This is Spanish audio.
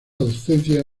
docencia